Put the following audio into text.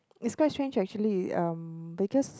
it's quite strange actually um because